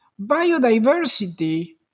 Biodiversity